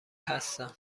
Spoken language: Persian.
هستم